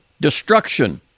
destruction